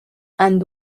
and